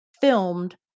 filmed